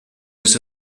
his